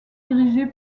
dirigé